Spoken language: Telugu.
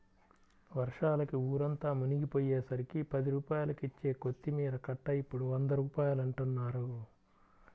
వర్షాలకి ఊరంతా మునిగిపొయ్యేసరికి పది రూపాయలకిచ్చే కొత్తిమీర కట్ట ఇప్పుడు వంద రూపాయలంటన్నారు